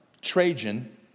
Trajan